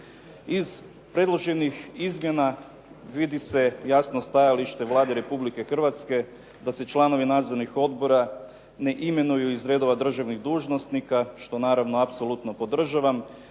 Iz predloženih izmjena vidi se jasno stajalište Vlade RH da se članovi Odbora ne imenuju iz redova državnih dužnosnika što naravno apsolutno podržavam